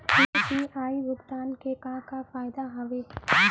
UPI भुगतान के का का फायदा हावे?